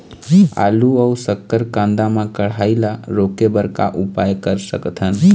आलू अऊ शक्कर कांदा मा कढ़ाई ला रोके बर का उपाय कर सकथन?